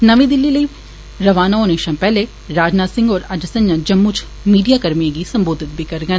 नमीं दिल्ली लेई रवाना होने शा पैहले राजनाथ सिंह होर अज्ज संझा जम्मू च मीडिया कर्मिएं गी संबोधित बी करङन